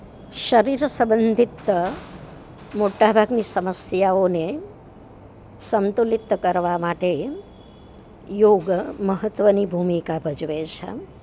શરીર સબંધિત મોટા ભાગની સમસ્યાઓને સંતુલિત કરવા માટે યોગ મહત્વની ભૂમિકા ભજવે છે એમ